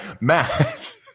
Matt